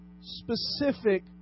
specific